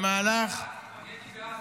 אני הייתי בעד.